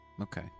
Okay